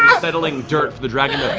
settling dirt for the dragon